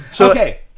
Okay